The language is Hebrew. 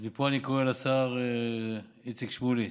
אז מפה אני קורא לשר איציק שמולי: